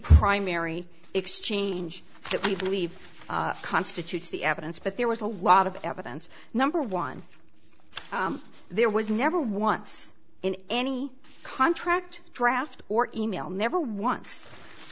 primary exchange that you believe constitutes the evidence but there was a lot of evidence number one there was never once in any contract draft or e mail never once